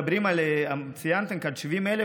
ציינתם כאן 70,000,